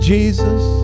Jesus